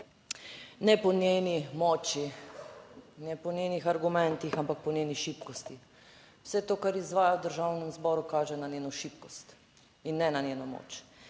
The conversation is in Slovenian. Ne po njeni moči, ne po njenih argumentih, ampak po njeni šibkosti. Vse to, kar izvaja v Državnem zboru kaže na njeno šibkost in ne na njeno moč.